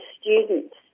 students